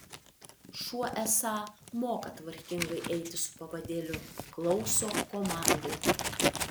šuo esą moka tvarkingai eiti su pavadėliu klauso komandų